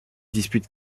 dispute